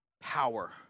power